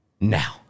now